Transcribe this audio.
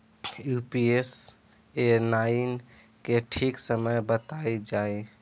Pusa nine के ठीक समय बताई जाई?